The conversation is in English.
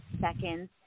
seconds